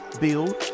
build